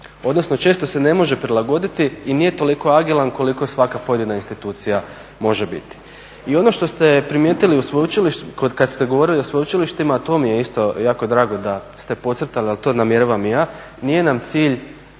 odnosno često se ne može prilagoditi i nije toliko agilan koliko svaka pojedina institucija može biti. I ono što ste primijetili kada ste govorili o sveučilištima to mi je isto jako drago da ste podcrtali ali to namjeravam i ja, nije nam cilj